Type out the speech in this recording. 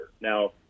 Now